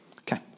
Okay